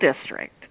district